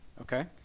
Okay